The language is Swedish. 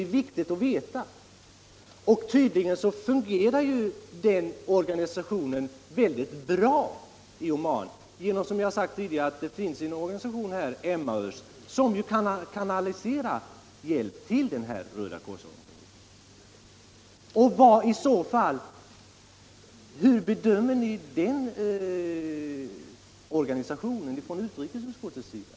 Tydligen fungerar den organisationen väldigt bra i Oman, bl.a. därför att det, som jag har nämnt tidigare. finns en svensk organisation, Emmaus, som kanaliserar hjälp till den. Det är viktigt att veta om utrikesutskottet har fått sådan information. Och hur bedömer utskottet i så fall denna organisation?